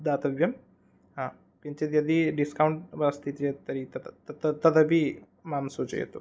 दातव्यं हा किञ्चित् यदि डिस्कौण्ट् अस्ति चेत् तर्हि तत् तत् तद तदपि मां सूचयतु